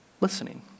listening